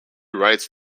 writes